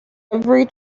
every